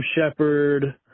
Shepard